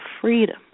freedom